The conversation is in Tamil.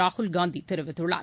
ராகுல்காந்தி தெரிவித்துள்ளார்